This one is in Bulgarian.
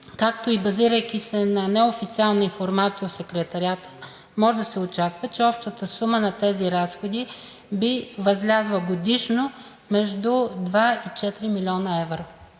както и базирайки се на неофициална информация от Секретариата, може да се очаква, че общата сума на тези разходи би възлязла годишно между 2 и 4 млн. евро.